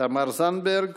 תמר זנדברג,